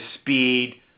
speed